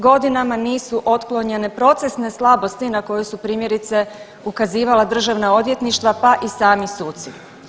Godinama nisu otklonjene procesne slabosti na koje su primjerice ukazivala državna odvjetništva pa i sami suci.